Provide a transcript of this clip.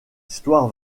histoire